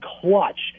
clutch